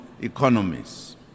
economies